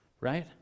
right